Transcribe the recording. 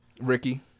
Ricky